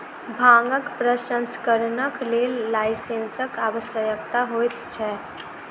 भांगक प्रसंस्करणक लेल लाइसेंसक आवश्यकता होइत छै